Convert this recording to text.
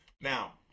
Now